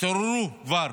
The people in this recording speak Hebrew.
תתעוררו כבר.